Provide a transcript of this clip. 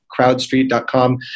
crowdstreet.com